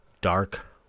dark